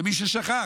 למי ששכח,